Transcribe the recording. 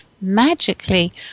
magically